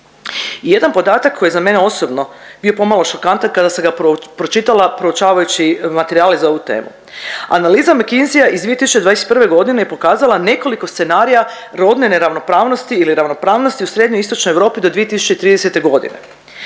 I jedan podatak koji je za mene osobno bio pomalo šokantan kada sam ga pročitala proučavajući materijale za ovu temu. Analiza McKenzia iz 2021.g. je pokazala nekoliko scenarija rodne neravnopravnosti ili ravnopravnosti u Srednjoj i Istočnoj Europi do 2030.g.,